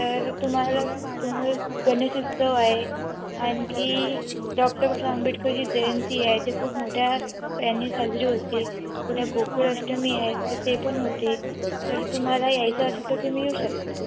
तर तुम्हाला तुम्ही गणेश उत्सव आहे आणखी डॉक्टर आंबेडकरची जयंती आहे ते खूप मोठ्या यांनी साजरी होते उद्या गोकुळ अष्टमी आहे तर ते पन होते तर तुम्हाला यायचं असेल तर तुम्ही येऊ शकता